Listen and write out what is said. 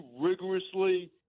rigorously